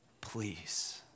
please